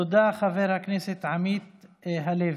תודה, חבר הכנסת עמית הלוי.